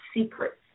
secrets